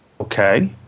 Okay